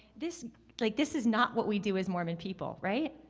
this like this is not what we do as mormon people, right?